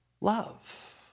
Love